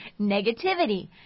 negativity